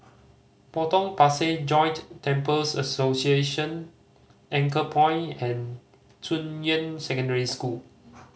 Potong Pasir Joint Temples Association Anchorpoint and Junyuan Secondary School